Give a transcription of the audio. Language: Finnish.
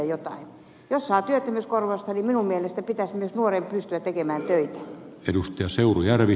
jos saa työttömyyskorvausta niin minun mielestäni pitäisi myös nuoren pystyä tekemään töitä